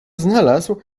znalazł